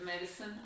medicine